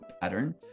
pattern